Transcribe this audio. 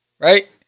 Right